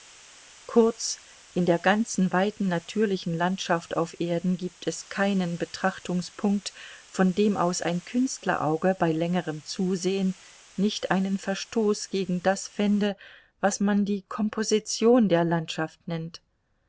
kurz in der ganzen weiten natürlichen landschaft auf erden gibt es keinen betrachtungspunkt von dem aus ein künstlerauge bei längerem zusehen nicht einen verstoß gegen das fände was man die komposition der landschaft nennt